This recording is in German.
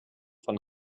von